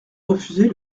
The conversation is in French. refuser